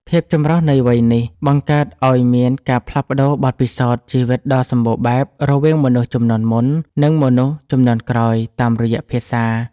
ភាពចម្រុះនៃវ័យនេះ បង្កើតឱ្យមានការផ្លាស់ប្តូរបទពិសោធន៍ជីវិតដ៏សម្បូរបែប រវាងមនុស្សជំនាន់មុន និងមនុស្សជំនាន់ក្រោយតាមរយៈភាសា។